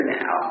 now